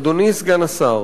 אדוני סגן השר,